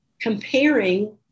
comparing